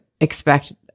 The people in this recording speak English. expect